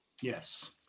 Yes